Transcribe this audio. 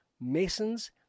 Masons